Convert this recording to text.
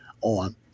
on